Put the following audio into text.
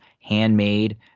Handmade